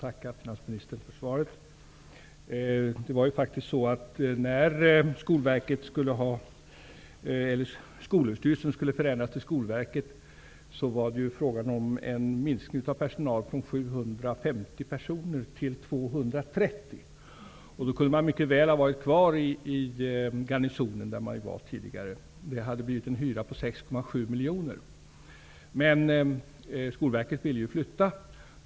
Fru talman! Jag ber att få tacka finansministern för svaret. Skolverket var det fråga om en minskning av personal från 750 till 230 personer. Då kunde man mycket väl ha varit kvar i Garnisonen, där man var tidigare. Det hade blivit en hyra på 6,7 miljoner. Men Skolverket ville flytta.